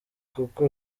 kuko